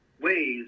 ways